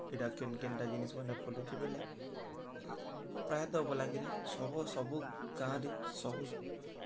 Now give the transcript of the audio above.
ଏଇଟା କେନ୍ କେନ୍ଟା ଜିନିଷ୍ମାନେ ଫୁଲୁଛି ବଲେ ପ୍ରାୟତଃ ବଲାଙ୍ଗରେ ସବୁ ସବୁ ଗାଁରେ ସବୁ